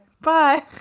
bye